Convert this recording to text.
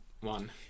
one